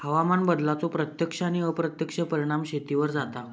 हवामान बदलाचो प्रत्यक्ष आणि अप्रत्यक्ष परिणाम शेतीवर जाता